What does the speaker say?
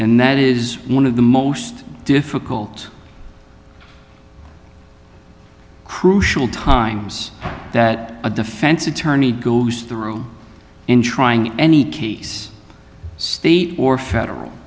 and that is one of the most difficult crucial times that a defense attorney goes through in trying any case state or federal